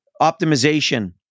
optimization